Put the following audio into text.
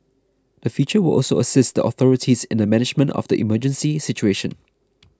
the feature will also assist the authorities in the management of the emergency situation